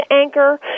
anchor